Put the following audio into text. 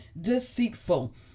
deceitful